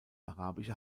arabische